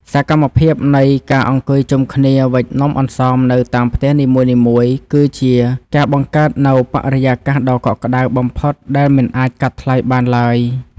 សកម្មភាពនៃការអង្គុយជុំគ្នាវេចនំអន្សមនៅតាមផ្ទះនីមួយៗគឺជាការបង្កើតនូវបរិយាកាសដ៏កក់ក្ដៅបំផុតដែលមិនអាចកាត់ថ្លៃបានឡើយ។